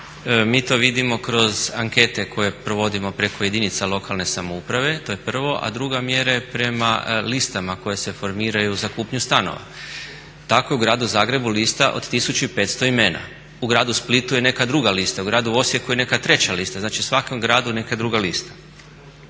Mi to vidimo kroz ankete koje provodimo preko jedinica lokalne samouprave, to je prvo, a druga mjera je prema listama koje se formiraju za kupnju stanova. Tako je u gradu Zagrebu lista od 1500 imena, u gradu Splitu je neka druga lista, u gradu Osijeku je neka treća lista, znači svakom gradu neka druga lista.